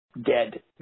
dead